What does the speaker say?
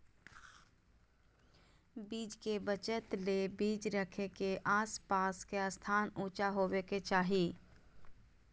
बीज के बचत ले बीज रखे के आस पास के स्थान ऊंचा होबे के चाही